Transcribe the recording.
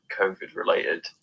COVID-related